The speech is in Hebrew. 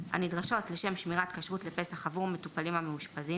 הנדרשות לשם שמירת כשרות לפסח עבור מטופלים המאושפזים